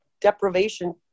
deprivation